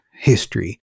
history